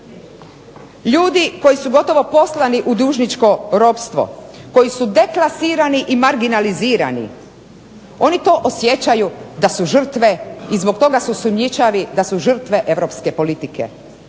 ljudi koji su gotovo poslani u dužničko ropstvo, koji su deklasirani i marginalizirani, oni to osjećaju da su žrtve i zbog toga su sumnjičavi da su žrtve europske politike.